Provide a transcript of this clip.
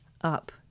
up